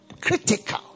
Critical